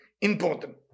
important